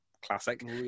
classic